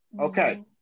Okay